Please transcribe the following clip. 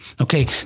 Okay